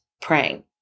praying